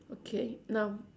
okay now